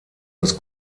das